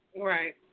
Right